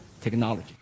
technology